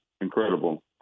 incredible